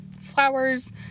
flowers